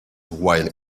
while